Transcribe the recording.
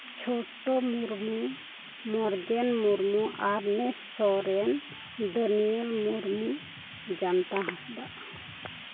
Chota Murmu Morgan Murmu Ernest Soren Dhaniya Murmu Jamta Hansda